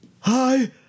Hi